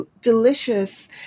delicious